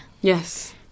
Yes